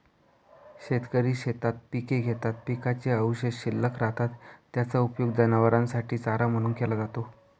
शेतकरी शेतात पिके घेतात, पिकाचे अवशेष शिल्लक राहतात, त्याचा उपयोग जनावरांसाठी चारा म्हणून केला जातो